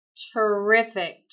terrific